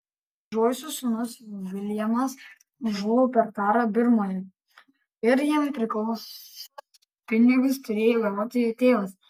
džoiso sūnus viljamas žuvo per karą birmoje ir jam priklausiusius pinigus turėjo gauti jo tėvas